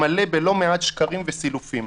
מלא בלא מעט שקרים וסילופים.